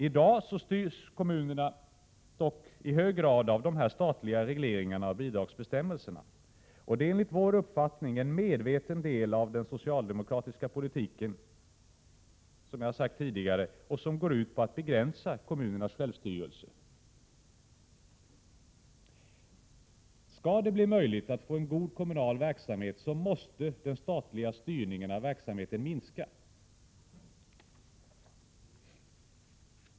I dag styrs dock kommunerna i hög grad av statliga regleringar och bidragsbestämmelser. Det är, som jag har sagt tidigare, enligt vår uppfattning en medveten del av den socialdemokratiska politiken, som går ut på att begränsa kommunernas självstyre. Skall det bli möjligt att få en god kommunal verksamhet, måste den statliga styrningen av verksamheten minska.